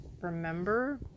remember